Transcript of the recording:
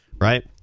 right